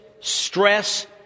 stress